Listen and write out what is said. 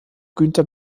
günther